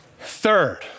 Third